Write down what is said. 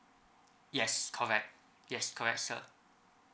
yes correct yes correct sir